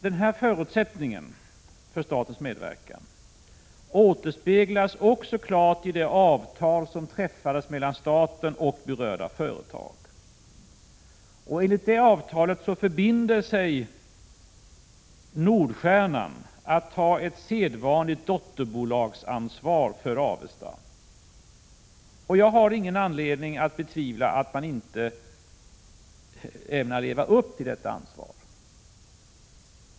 Den här förutsättningen för statens medverkan återspeglas också klart i det avtal som träffades mellan staten och berörda företag. Enligt det avtalet förbinder sig Nordstjernan att ta ett sedvanligt dotterbolagsansvar för Avesta. Jag har ingen anledning att tro annat än att man ämnar leva upp till detta ansvar.